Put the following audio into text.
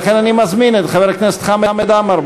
לכן אני מזמין את חבר הכנסת חמד עמאר.